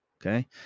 okay